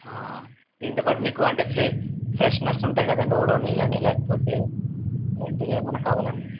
దీంతోపాటు మీకు అంటే ఫె ఫ్రెషనర్స్ ఉంటాయి కదండి ఒడొనిల్ అని లేకపోతే ఇలాంటివి ఏవైనా కావాలండీ